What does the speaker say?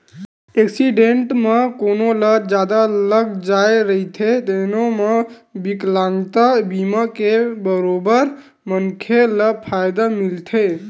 accident म कोनो ल जादा लाग जाए रहिथे तेनो म बिकलांगता बीमा के बरोबर मनखे ल फायदा मिलथे